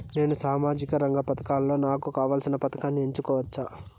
నేను సామాజిక రంగ పథకాలలో నాకు కావాల్సిన పథకాన్ని ఎన్నుకోవచ్చా?